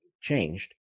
changed